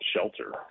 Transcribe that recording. shelter